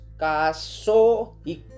kaso